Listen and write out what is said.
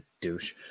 douche